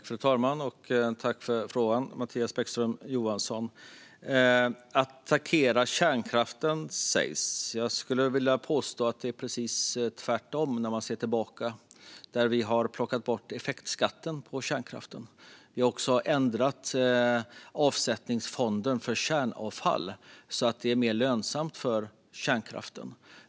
Fru talman! Tack för frågan, Mattias Bäckström Johansson! När det gäller det som sas om att attackera kärnkraften skulle jag vilja påstå att det är precis tvärtom, vilket man ser om man tittar tillbaka. Vi har plockat bort effektskatten på kärnkraften, och vi har också ändrat avsättningsfonden för kärnavfall så att det blir mer lönsamt för kärnkraften.